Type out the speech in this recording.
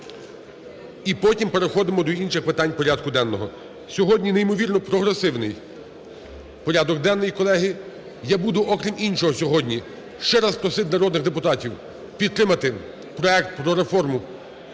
і потім переходимо до інших питань порядку денного. Сьогодні неймовірно прогресивний порядок денний, колеги. Я буду, окрім іншого, сьогодні ще раз просити народних депутатів підтримати проект про реформу